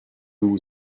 vous